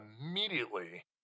immediately